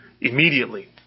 immediately